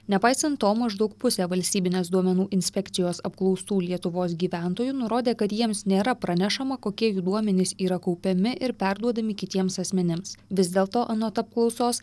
nepaisant to maždaug pusė valstybinės duomenų inspekcijos apklaustų lietuvos gyventojų nurodė kad jiems nėra pranešama kokie jų duomenys yra kaupiami ir perduodami kitiems asmenims vis dėlto anot apklausos